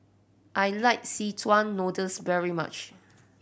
I like szechuan noodles very much